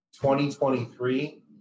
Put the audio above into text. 2023